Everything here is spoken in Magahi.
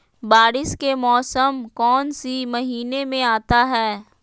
बारिस के मौसम कौन सी महीने में आता है?